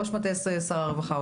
ראש מטה שר הרווחה.